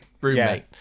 roommate